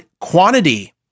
quantity